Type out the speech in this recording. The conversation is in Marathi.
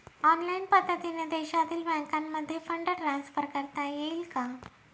ऑनलाईन पद्धतीने देशातील बँकांमध्ये फंड ट्रान्सफर करता येईल का?